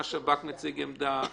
השב"כ מציג עמדה,